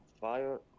fire